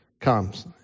comes